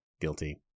guilty